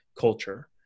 culture